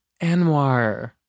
Anwar